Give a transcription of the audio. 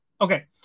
Okay